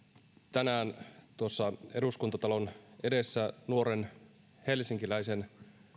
tänään tuossa eduskuntatalon edessä nuoren helsinkiläisen